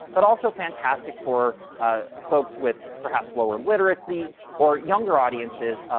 but also fantastic for ah folks with perhaps lower literacy or younger audiences,